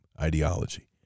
ideology